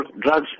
drugs